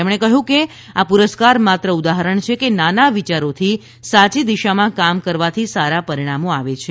તેમણે કહ્યું કે આ પુરસ્કાર માત્ર ઉદાહરણ છે કે નાના વિયારોથી સાચી દિશામાં કામ કરવાથી સારા પરિણામો આવે છે